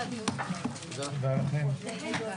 הישיבה